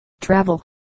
Travel